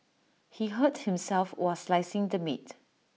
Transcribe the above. he hurt himself while slicing the meat